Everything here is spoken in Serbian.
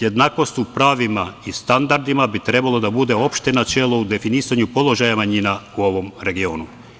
Jednakost u pravima i standardima bi trebalo da bude opšte načelo u definisanju položaja manjina u ovom regionu.